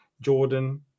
Jordan